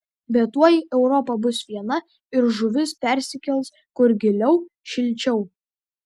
bet tuoj europa bus viena ir žuvis persikels kur giliau šilčiau